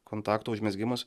kontakto užmezgimas